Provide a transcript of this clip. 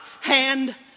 hand